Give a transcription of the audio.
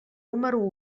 número